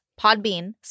Podbean